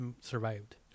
survived